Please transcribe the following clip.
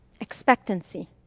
Expectancy